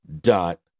dot